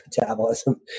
metabolism